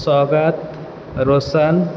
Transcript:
स्वागत रौशन